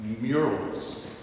murals